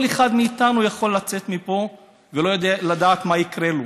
כל אחד מאיתנו יכול לצאת מפה ולא לדעת מה יקרה לו,